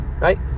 right